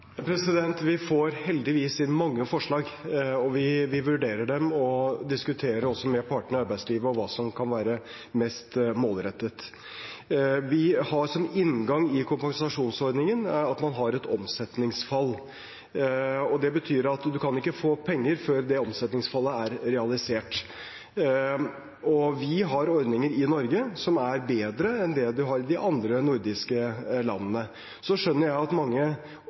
Vi får heldigvis inn mange forslag, og vi vurderer dem og diskuterer også med partene i arbeidslivet hva som kan være mest målrettet. Vi har som inngang i kompensasjonsordningen at man har et omsetningsfall. Det betyr at en ikke kan få penger før det omsetningsfallet er realisert. Vi har ordninger i Norge som er bedre enn det de har i de andre nordiske landene. Jeg skjønner at mange